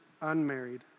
unmarried